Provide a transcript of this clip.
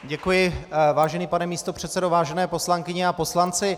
Děkuji, vážený pane místopředsedo, vážené poslankyně a poslanci.